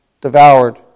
devoured